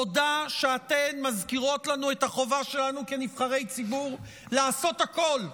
תודה שאתן מזכירות לנו את החובה שלנו כנבחרי ציבור לעשות הכול,